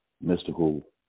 Mystical